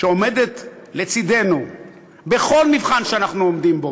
שעומדת היום לצדנו בכל מבחן שאנחנו עומדים בו,